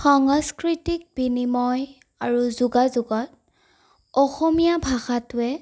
সাংস্কৃতিক বিনিময় আৰু যোগাযোগত অসমীযা ভাষাটোৱে